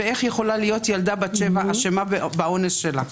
ואיך יכולה להיות ילדה בת שבע אשמה באונס שלה?